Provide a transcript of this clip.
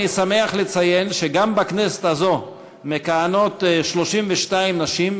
אני שמח לציין שגם בכנסת הזאת מכהנות 32 נשים,